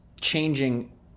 changing